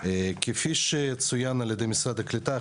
כפי שצוין על ידי משרד הקליטה,